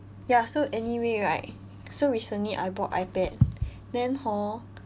ya so anyway right so recently I bought ipad then hor